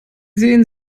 sehen